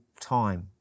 time